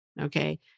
Okay